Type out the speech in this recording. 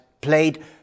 played